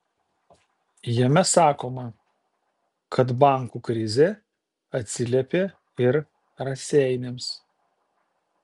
jame sakoma kad bankų krizė atsiliepė ir raseiniams